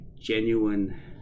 genuine